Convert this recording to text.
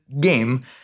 game